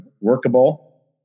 workable